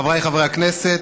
חבריי חברי הכנסת,